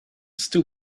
still